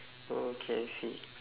oh K I see